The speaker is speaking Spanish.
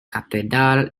catedral